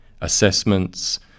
assessments